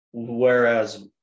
Whereas